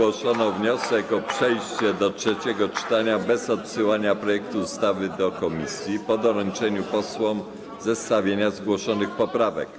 W dyskusji zgłoszono wniosek o przejście do trzeciego czytania bez odsyłania projektu ustawy do komisji, po doręczeniu posłom zestawienia zgłoszonych poprawek.